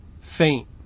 faint